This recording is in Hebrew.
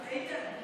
איתן,